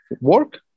work